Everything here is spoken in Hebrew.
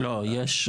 לא, יש.